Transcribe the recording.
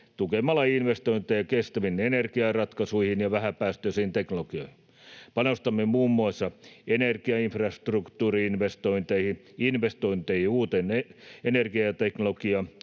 tukemalla investointeja kestäviin energiaratkaisuihin ja vähäpäästöisiin teknologioihin. Panostamme muun muassa energiainfrastruktuuri-investointeihin, investointeihin uuteen energiateknologiaan,